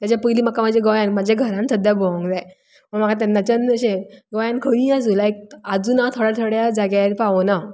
तेज्या पयली म्हाका म्हाज्या गोंयांत म्हाज्या घरान सद्या भोंवक जाय म्हुणू म्हाका तेन्नाच्यान अशें गोंयांत खंयी आसूं लायक आजून हांव थोड्या थोड्या जाग्यार पावो ना